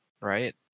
right